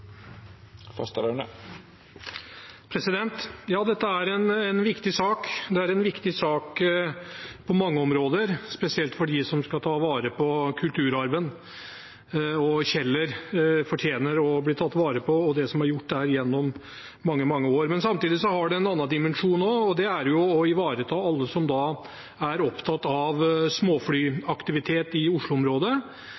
Ja, dette er en viktig sak. Det er en viktig sak på mange områder, spesielt for dem som skal ta vare på kulturarven, og Kjeller fortjener å bli tatt vare på og det som er gjort der gjennom mange, mange år. Samtidig har det også en annen dimensjon, og det er å ivareta alle som er opptatt av